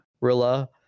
Rilla